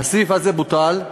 הסעיף הזה בוטל,